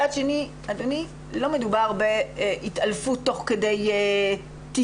מצד שני, לא מדובר בהתעלפות תוך כדי טיסה.